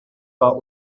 pas